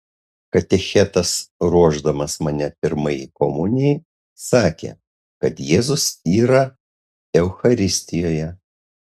katechetas ruošdamas mane pirmajai komunijai sakė kad jėzus yra eucharistijoje